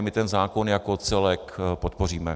My ten zákon jako celek podpoříme.